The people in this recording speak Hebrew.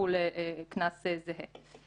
יחול קנס זהה.